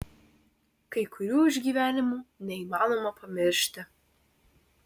kai kurių išgyvenimų neįmanoma pamiršti